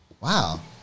Wow